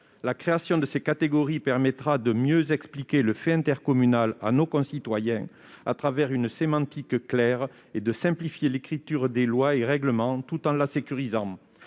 La création de cette catégorie permettra de mieux expliquer le fait intercommunal à nos concitoyens, à travers une sémantique claire, et de simplifier l'écriture des lois et règlements, tout en la sécurisant.